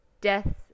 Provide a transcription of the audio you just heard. Death